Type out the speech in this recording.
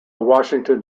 washington